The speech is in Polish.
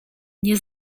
nie